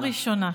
פעם ראשונה.